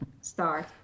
start